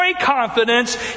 confidence